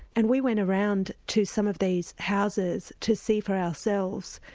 and we went around to some of these houses to see for ourselves,